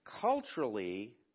Culturally